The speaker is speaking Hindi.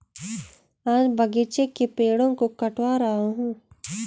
आज बगीचे के पेड़ों को कटवा रहा हूं